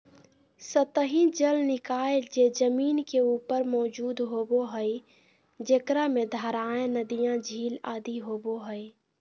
सतही जल निकाय जे जमीन के ऊपर मौजूद होबो हइ, जेकरा में धाराएँ, नदियाँ, झील आदि होबो हइ